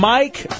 Mike